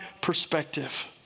perspective